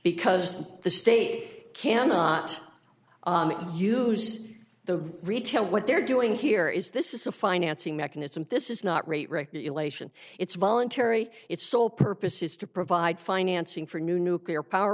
because the state cannot use the retail what they're doing here is this is a financing mechanism this is not rate regulation it's voluntary it's sole purpose is to provide financing for new nuclear power